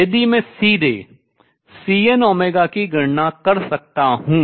यदि मैं सीधे Cn की गणना कर सकता हूँ